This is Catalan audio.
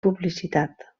publicitat